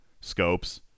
Scopes